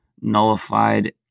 nullified